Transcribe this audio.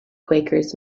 quakers